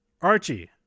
Archie